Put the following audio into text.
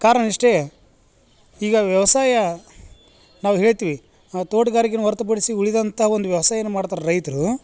ಕಾರಣ ಇಷ್ಟೆ ಈಗ ವ್ಯವಸಾಯ ನಾವು ಹೇಳ್ತೀವಿ ನಾವು ತೋಟ್ಗಾರಿಕೆಯನ್ನ ಹೊರ್ತುಪಡ್ಸಿ ಉಳಿದಂಥ ಒಂದು ವ್ಯವಸಾಯನ ಮಾಡ್ತಾರ ರೈತರು